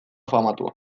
famatua